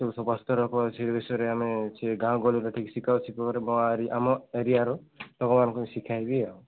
ସବୁ ସଫାସୁତୁରା ସେ ବିଷୟରେ ଆମେ ସିଏ ଗାଁ ଗହଳିରେ ଟିକେ ଶିଖାଅ ଶିଖିବାରେ ଆମ ଏରିଆର ଲୋକମାନଙ୍କୁ ଶିଖେଇବି ଆଉ